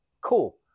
cool